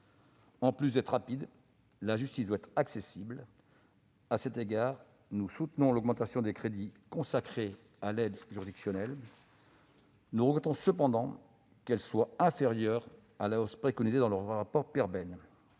En plus d'être rapide, la justice doit être accessible. À cet égard, nous soutenons l'augmentation des crédits consacrés à l'aide juridictionnelle. Nous regrettons cependant qu'elle soit inférieure à celle qui est préconisée dans le rapport Perben.